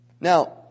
Now